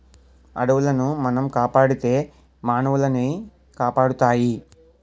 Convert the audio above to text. అడవులను మనం కాపాడితే మానవులనవి కాపాడుతాయి